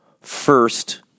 First